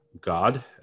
God